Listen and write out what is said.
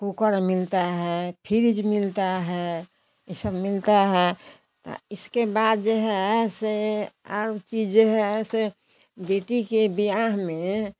और कुकर मिलता है फ्रिज मिलता है यह सब मिलता है इसके बाद है से और चीज़ जो है सो बेटी के बियाह में